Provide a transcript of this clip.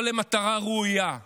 לא למטרה ראויה.